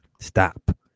Stop